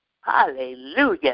hallelujah